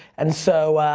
and so,